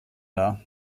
dar